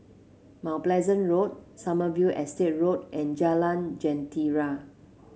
Mount Pleasant Road Sommerville Estate Road and Jalan Jentera